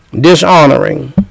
dishonoring